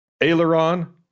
aileron